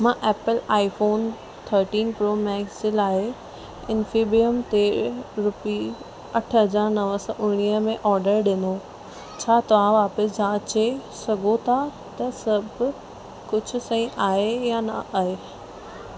मां Apple iPhone thirteen pro max जे लाइ इंफीबीअम ते रूपी अठ हज़ार नव सौ उणिवीह में ऑडर ॾिनो छा तव्हां वापिसि जांचे सघो था त सभु कुझु सही आहे या न